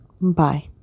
Bye